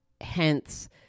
Hence